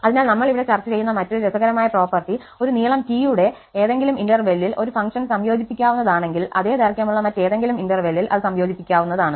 അതിനാൽ നമ്മൾ ഇവിടെ ചർച്ച ചെയ്യുന്ന മറ്റൊരു രസകരമായ പ്രോപ്പർട്ടി ഒരു നീളം T യുടെ ന്റെ ഏതെങ്കിലും ഇന്റർവെല്ലിൽ ഒരു ഫംഗ്ഷൻ സംയോജിപ്പിക്കാവുന്നതാണെങ്കിൽ അതേ ദൈർഘ്യമുള്ള മറ്റേതെങ്കിലും ഇന്റർവെല്ലിൽ അത് സംയോജിപ്പിക്കാവുന്നതാണ്